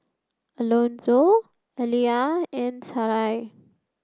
Alonzo Alyvia and Sarai